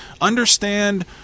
understand